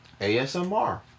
ASMR